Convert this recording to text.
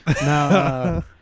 Now